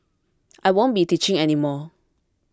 I won't be teaching any more